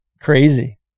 crazy